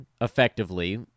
effectively